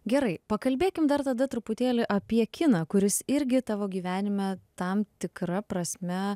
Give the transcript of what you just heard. gerai pakalbėkim dar tada truputėlį apie kiną kuris irgi tavo gyvenime tam tikra prasme